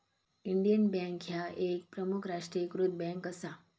Indian Bank ह्या एक प्रमुख राष्ट्रीयीकृत बँक असा